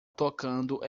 tocando